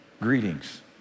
greetings